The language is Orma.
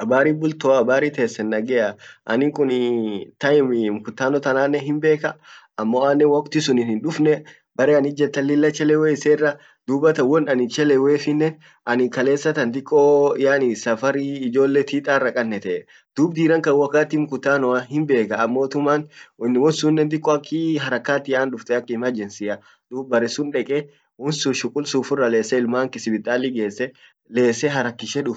habari bultoa habari tesen nagea anninkuniee time mkutanotananen himbeka ammo anne wokti sun hindufne bare an ijjed tan lilla chelewe issera dubattan won annin chelewefinne annin kalesatan diko yaani safar ijjolle tit arra kannete, dub